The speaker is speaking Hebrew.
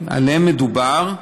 שעליהן מדובר,